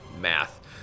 math